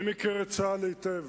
אני מכיר את צה"ל היטב,